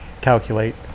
calculate